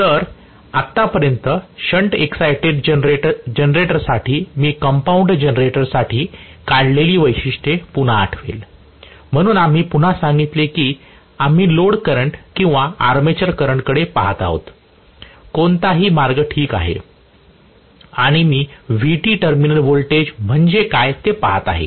तर आतापर्यंत shunt excited जनरेटरसाठी मी कंपाऊंड जनरेटरसाठी काढलेली वैशिष्ट्ये पुन्हा आठवेल म्हणून आम्ही पुन्हा सांगितले की आम्ही लोड करंट किंवा आर्मेचर करंटकडे पाहत आहोत कोणताही मार्ग ठीक आहे आणि मी Vt टर्मिनल व्होल्टेज म्हणजे काय ते पहात आहे